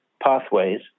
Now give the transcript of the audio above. pathways